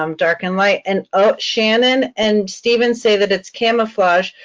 um dark and light and oh, shannon and steven say that it's camouflage.